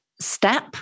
step